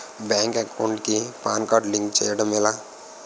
Bank account కి PAN card link చేయడం ఎలా?